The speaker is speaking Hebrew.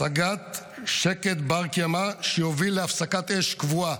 השגת שקט בר קיימא שיוביל להפסקת אש קבועה.